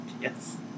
Yes